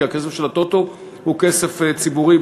כי הכסף של הטוטו הוא כסף ציבורי,